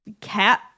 cat